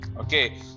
Okay